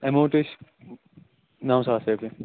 amount حظ چھِ نَو ساس رۄپیہِ